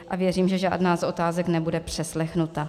A věřím, že žádná z otázek nebude přeslechnuta.